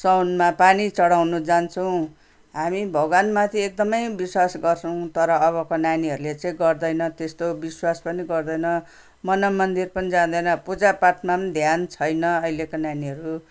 साउनमा पानी चढाउन जान्छौँ हामी भगवान् माथि एकदमै विश्वास गर्छौँ तर अबको नानीहरूले चाहिँ गर्दैन त्यस्तो विश्वास पनि गर्दैन मनमन्दिर पनि जाँदैन पूजापाठमा पनि ध्यान छैन अहिलेको नानीहरू